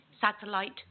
Satellite